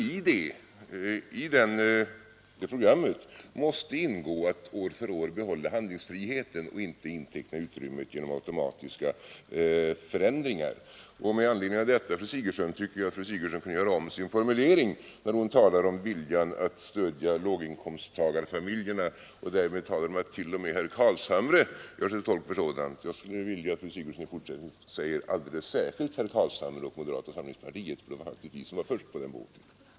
I det programmet måste ingå att år för år behålla handlingsfriheten och inte inteckna utrymmet genom automatiska förändringar. Med anledning därav tycker jag att fru Sigurdsen kunde göra om sin formulering när hon talar om viljan att stödja låginkomsttagarfamiljerna och där hon talar om att t.o.m. herr Carlshamre gör sig till tolk för en sådan vilja. Jag skulle vilja att fru Sigurdsen i fortsättningen säger ”alldeles särskilt herr Carlshamre och moderata samlingspartiet”, för det var faktiskt vi som var först på den båten.